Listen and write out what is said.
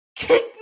Kick